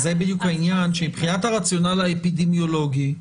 זה בדיוק העניין שמבחינת הרציונל האפידמיולוגי,